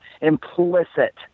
implicit